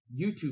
YouTube